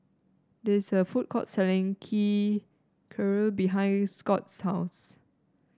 there is a food court selling Key Kheer behind Scott's house